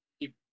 keep